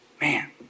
Man